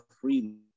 freedom